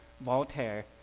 Voltaire